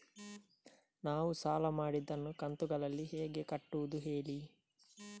ನಾವು ಸಾಲ ಮಾಡಿದನ್ನು ಕಂತುಗಳಲ್ಲಿ ಹೇಗೆ ಕಟ್ಟುದು ಹೇಳಿ